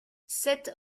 sept